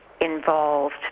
involved